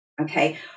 Okay